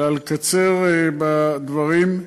אלא לקצר בדברים.